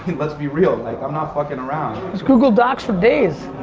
let's be real like i'm not fucking around. it's google docs for days.